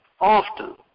often